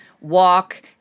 Walk